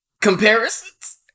comparisons